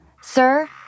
Sir